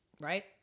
Right